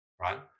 right